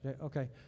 Okay